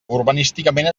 urbanísticament